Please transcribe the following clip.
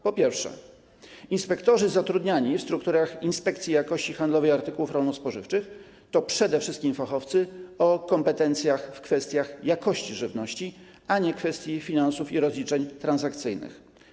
Po pierwsze, inspektorzy zatrudniani w strukturach Inspekcji Jakości Handlowej Artykułów Rolno-Spożywczych to przede wszystkim fachowcy o kompetencjach w kwestiach jakości żywności, a nie w kwestiach finansów i rozliczeń transakcyjnych.